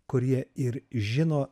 kurie ir žino